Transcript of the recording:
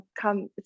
come